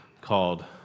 called